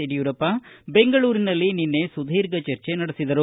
ಯಡಿಯೂರಪ್ಪ ಬೆಂಗಳೂರಿನಲ್ಲಿ ನಿನ್ನೆ ಸುದೀರ್ಘ ಚರ್ಚೆ ನಡೆಸಿದರು